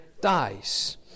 dies